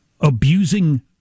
abusing